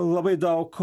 labai daug